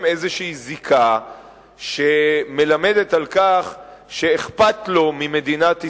איזו זיקה שמלמדת על כך שאכפת לו ממדינת ישראל,